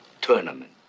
Tournament